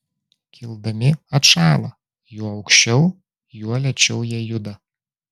kildami atšąla juo aukščiau juo lėčiau jie juda